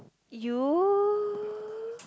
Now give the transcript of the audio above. you